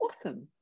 awesome